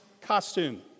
costume